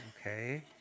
Okay